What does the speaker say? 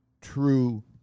true